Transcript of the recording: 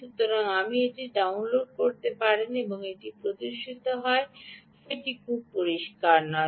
সুতরাং আপনি এটি ডাউনলোড করতে পারেন এটি প্রদর্শিত হয় যে এটি খুব পরিষ্কার নয়